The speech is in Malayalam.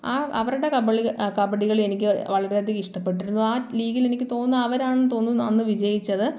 ആ അവരുടെ കബളി കബഡി കളി എനിക്ക് വളരെയധികം ഇഷ്ടപ്പെട്ടിരുന്നു ആ ലീഗിലെനിക്ക് തോന്നുന്നത് അവരാണെന്ന് തോന്നുന്നു അന്ന് വിജയിച്ചത്